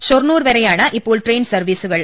ഷൊർണൂർ വരെയാണ് ഇപ്പോൾ ട്രെയിൻ സർവീസുകൾ